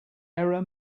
error